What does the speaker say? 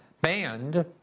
banned